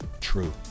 true